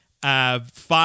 Five